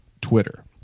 Twitter